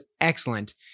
excellent